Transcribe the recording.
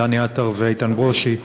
דני עטר ואיתן ברושי.